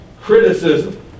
Criticism